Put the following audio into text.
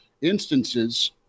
instances